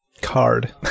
card